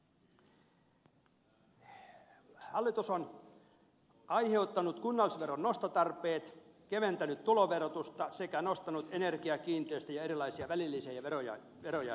hallitus on aiheuttanut kunnallisveron nostotarpeet keventänyt tuloverotusta sekä nostanut energiakiintiöitä ja erilaisia välillisiä veroja ja maksuja